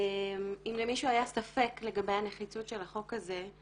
אם למישהו היה ספק לגבי הנחיצות של החוק הזה,